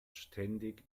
ständig